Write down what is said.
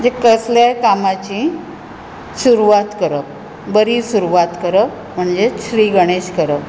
म्हणजे कसलेय कामाची सुरवात करप बरी सुरवात करप म्हणजेच श्री गणेश करप